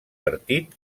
partit